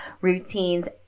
routines